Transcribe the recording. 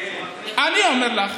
אני אומר לך,